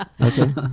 Okay